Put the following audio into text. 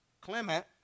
Clement